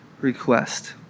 request